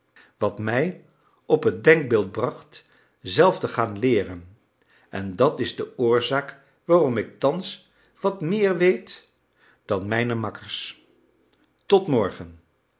wat mij op het denkbeeld bracht zelf te gaan leeren en dat is de oorzaak waarom ik thans wat meer weet dan mijne makkers tot morgen